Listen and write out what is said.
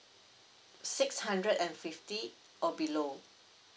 six hundred and fifty or below